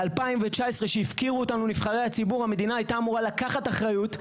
ב-2019 כשהפקירו אותנו נבחרי הציבור המדינה הייתה אמורה לקחת אחריות,